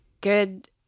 good